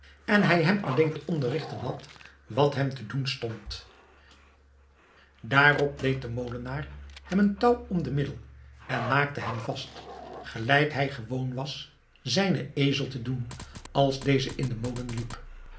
en hij hem alleen te onderrigten had wat hem te doen stond daarop deed de molenaar hem een touw om den middel en maakte hem vast gelijk hij gewoon was zijnen ezel te doen als deze in den molen liep